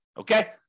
Okay